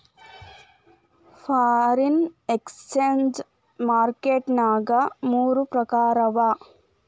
foreign exchange market ನ್ಯಾಗ ಮೂರ್ ಪ್ರಕಾರವ